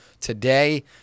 today